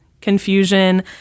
Confusion